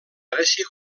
grècia